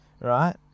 Right